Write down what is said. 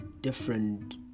different